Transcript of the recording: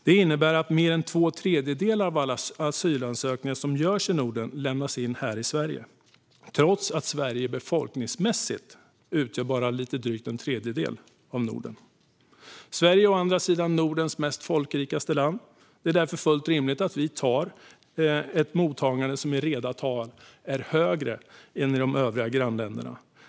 Det innebär att mer än två tredjedelar av alla asylansökningar som görs i Norden lämnas in här i Sverige, trots att Sverige befolkningsmässigt utgör bara lite drygt en tredjedel av Norden. Sverige är å andra sidan Nordens folkrikaste land. Det är därför fullt rimligt att Sverige har ett mottagande som i reda tal är högre än grannländernas.